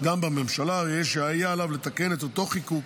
גם בממשלה, הרי שיהיה עליו לתקן את אותו חיקוק.